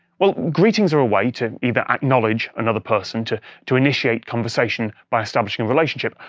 well, greetings are a way to either acknowledge another person, to to initiate conversation by establishing a relationship,